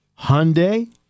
Hyundai